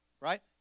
right